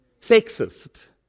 sexist